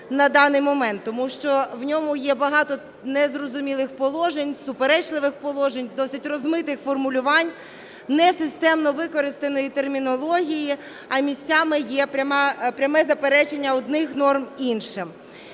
Тому що в ньому є багато незрозумілих положень, суперечливих положень, досить розмитих формулювань, несистемно використаної термінології, а місцями є пряме заперечення одних норм іншим.